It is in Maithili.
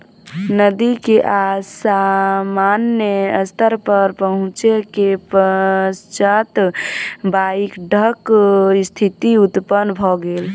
नदी के असामान्य स्तर पर पहुँचै के पश्चात बाइढ़क स्थिति उत्पन्न भ गेल